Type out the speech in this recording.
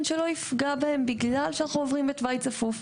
שלא יפגע בהם בגלל שאנחנו עוברים בתוואי צפוף.